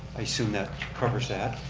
i assume that covers that.